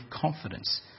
confidence